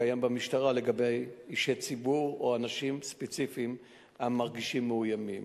שקיים במשטרה לגבי אישי ציבור או אנשים ספציפיים המרגישים מאוימים.